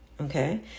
Okay